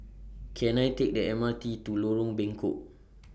Can I Take The M R T to Lorong Bengkok